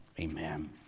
Amen